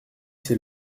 c’est